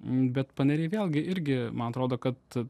bet paneriai vėlgi irgi man atrodo kad